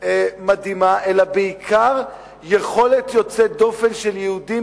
מדהימה אלא בעיקר יכולת יוצאת דופן של יהודים,